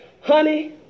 Honey